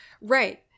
Right